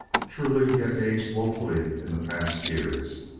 truly he had aged woefully in the past years.